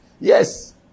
Yes